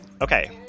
Okay